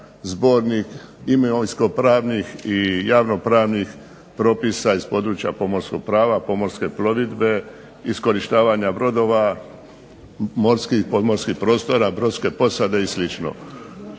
zbornik imovinsko-pravnih i javno-pravnih propisa iz područja pomorskog prava, pomorske plovidbe, iskorištavanja brodova, morskih, podmorskih prostora, brodske posade i